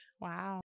Wow